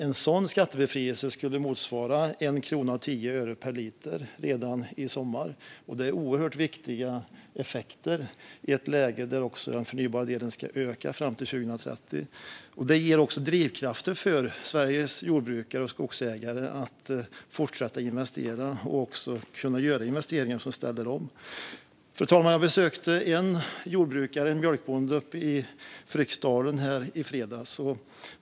En sådan skattebefrielse skulle motsvara 1 krona och 10 öre per liter redan i sommar, vilket är oerhört viktiga effekter i ett läge där också den förnybara delen ska öka fram till 2030. Det ger även drivkrafter för Sveriges jordbrukare och skogsägare att fortsätta att investera och kunna göra investeringar som ställer om. Fru talman! Jag besökte en jordbrukare, en mjölkbonde, i Fryksdalen i fredags.